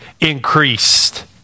increased